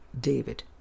David